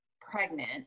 pregnant